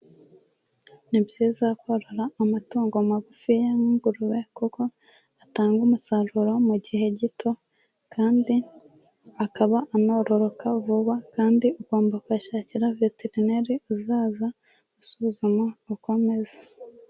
Ni byiza korora amatungo magufiya nk'ingurube kuko atanga umusaruro mu gihe gito kandi akaba anororoka vuba, kandi ugomba kuyashakira veterineri uzajya usuzuma uko ameza.